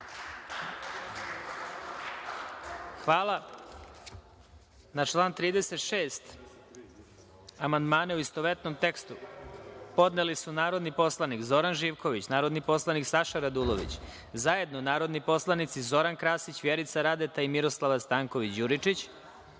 Hvala. Na član 36. amandmane, u istovetnom tekstu, podneli su narodni poslanik Zoran Živković, narodni poslanik Saša Radulović, zajedno narodni poslanici Zoran Krasić, Vjerica Radeta i Miroslava Stanković Đuričić,